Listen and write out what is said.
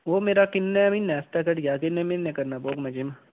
ओह् मेरा किन्नै म्हीने आस्तै घट्टी जाग किन्नै म्हीने करने पौग में जिम